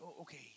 okay